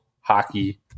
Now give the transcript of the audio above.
hockey